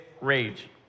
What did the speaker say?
rage